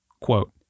Quote